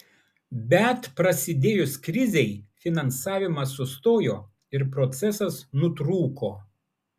bet prasidėjus krizei finansavimas sustojo ir procesas nutrūko